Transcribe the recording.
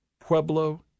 Pueblo